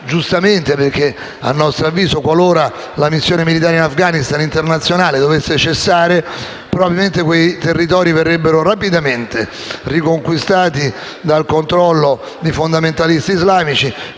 giustamente, perché - a nostro avviso - qualora la missione militare internazionale in Afghanistan dovesse cessare, probabilmente quei territori verrebbero rapidamente riconquistati dal controllo di fondamentalisti islamici.